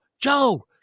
Joe